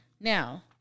Now